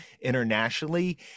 internationally